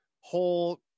whole